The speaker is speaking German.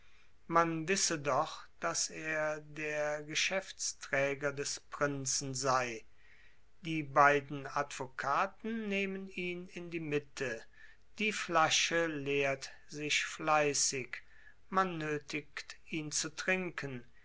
man wisse doch daß er der geschäftsträger des prinzen von sei die beiden advokaten nehmen ihn in die mitte die flasche leert sich fleißig man nötigt ihn zu trinken